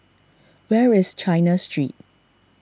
where is China Street